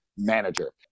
manager